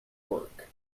work